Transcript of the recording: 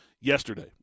yesterday